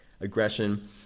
aggression